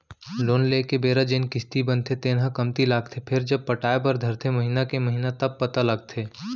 loan लेए के बेरा जेन किस्ती बनथे तेन ह कमती लागथे फेरजब पटाय बर धरथे महिना के महिना तब पता लगथे